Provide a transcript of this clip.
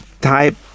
type